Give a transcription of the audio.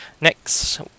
Next